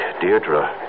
Deirdre